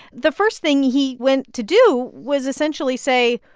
the first thing he went to do was essentially say,